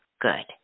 good